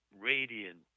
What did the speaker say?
radiant